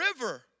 River